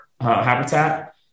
habitat